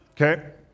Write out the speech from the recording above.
Okay